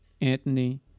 Anthony